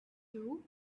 two